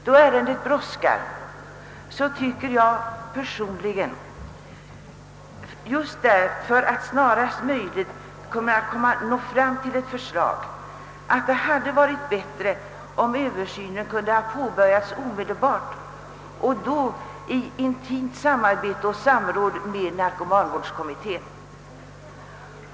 Då ärendet brådskar tycker jag personligen att det hade varit bättre om översynen kunde ha påbörjats omedelbart och då i intimt samarbete och samråd med narkomanvårdskommittén.